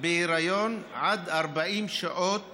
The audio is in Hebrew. בהיריון עד 40 שעות